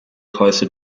closer